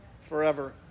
Forever